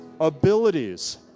abilities